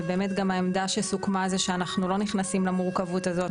ובאמת גם העמדה שסוכמה זה שאנחנו לא נכנסים למורכבות הזאת.